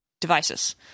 devices